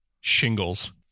Shingles